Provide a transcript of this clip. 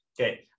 Okay